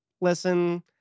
listen